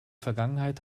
vergangenheit